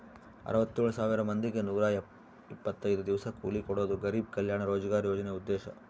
ಅರವತ್ತೆಳ್ ಸಾವಿರ ಮಂದಿಗೆ ನೂರ ಇಪ್ಪತ್ತೈದು ದಿವಸ ಕೂಲಿ ಕೊಡೋದು ಗರಿಬ್ ಕಲ್ಯಾಣ ರೋಜ್ಗರ್ ಯೋಜನೆ ಉದ್ದೇಶ